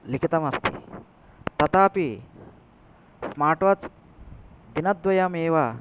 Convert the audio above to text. लिखितम् अस्ति तथापि स्मार्ट्वाच् दिनद्वयम् एव